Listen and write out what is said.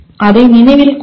அதை நினைவில் கொள்க